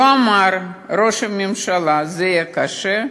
והוא אמר: ראש הממשלה, זה יהיה קשה,